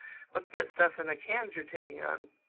what's that stuff in the cans you're taking on?